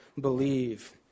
believe